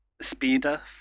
Speeder